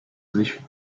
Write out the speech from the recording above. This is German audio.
sich